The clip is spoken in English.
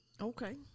Okay